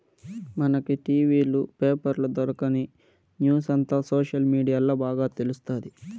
మనకి టి.వీ లు, పేపర్ల దొరకని న్యూసంతా సోషల్ మీడియాల్ల బాగా తెలుస్తాది